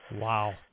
wow